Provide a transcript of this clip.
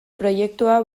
proiektua